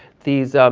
these